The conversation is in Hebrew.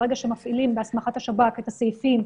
ברגע שמפעילים בהסמכת השב"כ את הסעיפים,